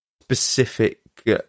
specific